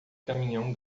caminhão